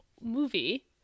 movie